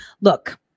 look